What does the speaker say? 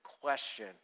question